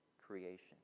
creation